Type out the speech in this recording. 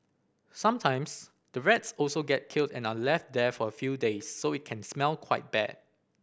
sometimes the rats also get killed and are left there for few days so it can smell quite bad